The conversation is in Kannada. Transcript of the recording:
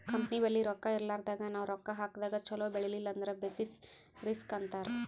ಕಂಪನಿ ಬಲ್ಲಿ ರೊಕ್ಕಾ ಇರ್ಲಾರ್ದಾಗ್ ನಾವ್ ರೊಕ್ಕಾ ಹಾಕದಾಗ್ ಛಲೋ ಬೆಳಿಲಿಲ್ಲ ಅಂದುರ್ ಬೆಸಿಸ್ ರಿಸ್ಕ್ ಅಂತಾರ್